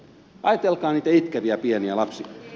ajatelkaa niitä itkeviä pieniä lapsia